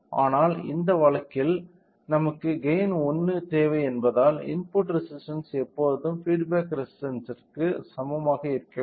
ஆனால் இந்த விஷயத்தில் நமக்கு கெய்ன் 1 தேவை என்பதால் இன்புட் ரெசிஸ்டன்ஸ் எப்போதும் பீட் பேக் ரெசிஸ்டன்ஸ்ற்கு சமமாக இருக்க வேண்டும்